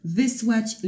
wysłać